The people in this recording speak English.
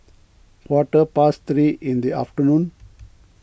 quarter past three in the afternoon